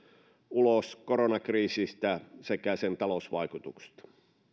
ulos koronakriisistä sekä sen talousvaikutuksista